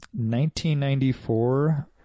1994